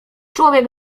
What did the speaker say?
człowiek